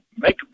make